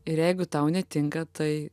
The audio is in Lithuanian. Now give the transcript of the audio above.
ir jeigu tau netinka tai